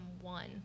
one